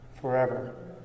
Forever